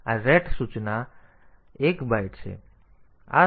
તો આ આ થવાનું છે આ સરનામું 1000 થવાનું છે આ સરનામું 1000 છે